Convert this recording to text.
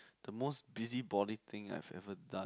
the most busybody thing I've ever done